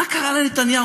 מה קרה לנתניהו?